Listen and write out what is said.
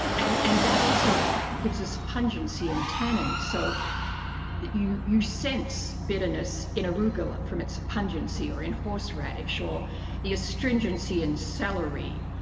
and and that also gives us pungency and tannins, so you you sense bitterness in arugula from its pungency, or in horseradish, or the astringency in celery,